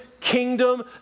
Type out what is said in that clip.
kingdom